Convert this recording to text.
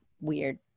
weird